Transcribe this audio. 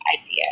idea